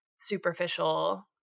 superficial